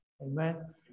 Amen